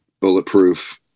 Bulletproof